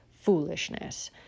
foolishness